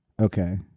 Okay